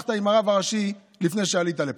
ששוחחת עם הרב הראשי לפני שעלית לפה.